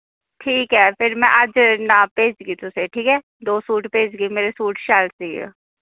ठीक ऐ फिर अज्ज में नाप भेजगी तुसेंगी ठीक ऐ दौ सूट भेजगी मेरा सूट शैल सीइयो